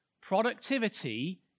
Productivity